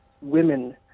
women